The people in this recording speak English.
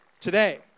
today